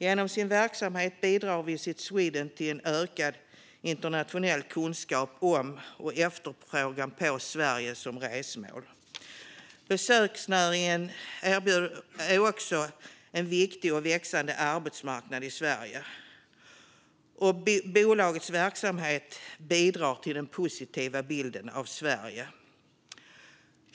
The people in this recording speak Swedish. Genom sin verksamhet bidrar Visit Sweden till en ökad internationell kunskap om och efterfrågan på Sverige som resmål. Besöksnäringen är också en viktig och växande arbetsmarknad i Sverige, och bolagets verksamhet bidrar till den positiva bilden av vårt land.